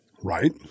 Right